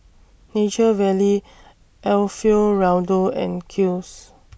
Nature Valley Alfio Raldo and Kiehl's